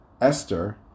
Esther